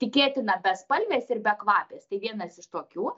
tikėtina bespalvės ir bekvapės tai vienas iš tokių